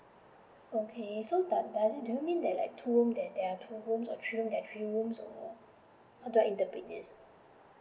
okay so does does it do you mean that like two room that there are two rooms or three rooms there are three rooms or like how do I interpret this